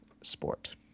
sport